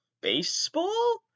Baseball